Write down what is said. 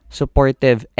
supportive